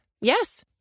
Yes